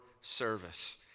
service